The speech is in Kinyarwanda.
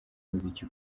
muziki